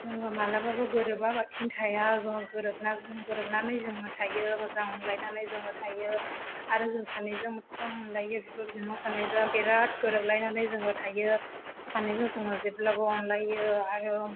जोङो मालाबाबो गोरोबाबाथिं थाया जोङो गोरोबना जों गोरोबनानै जोङो थायो मोजां अनलायनानै जोङो थायो आरो जों सानैजों मोजां अनलायो बिब' बिनानाव सानैजों बिराद गोरोबलायनानै जोङो थायो सानैजों जोङो जेब्लाबो अनलायो आरो